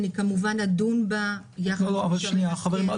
כמובן אדון בה ביחד עם המציעה.